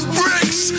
bricks